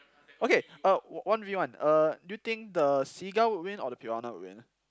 okay uh one V one uh do you think the seagull will win or the piranha will win